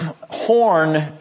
horn